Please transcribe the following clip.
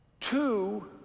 two